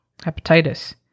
hepatitis